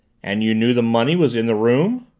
and you knew the money was in the room?